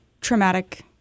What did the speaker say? traumatic